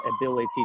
ability